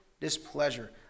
displeasure